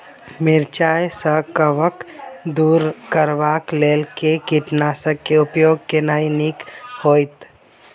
मिरचाई सँ कवक दूर करबाक लेल केँ कीटनासक केँ उपयोग केनाइ नीक होइत?